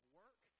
work